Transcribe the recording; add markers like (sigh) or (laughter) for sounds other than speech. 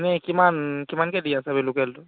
এনেই কিমান কিমানকৈ দি আছে (unintelligible) লোকেলটো